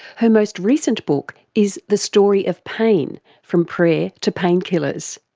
her most recent book is the story of pain from prayer to painkillers,